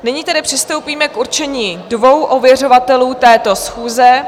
Nyní tedy přistoupíme k určení dvou ověřovatelů této schůze.